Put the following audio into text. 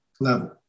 level